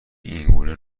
اینگونه